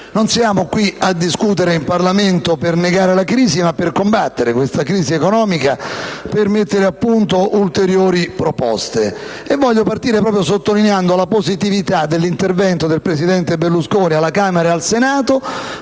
troviamo a discutere in Parlamento per negare la crisi economica, ma per combatterla e mettere a punto ulteriori proposte. Voglio partire proprio sottolineando la positività dell'intervento del presidente Berlusconi alla Camera e al Senato.